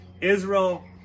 Israel